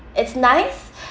it's nice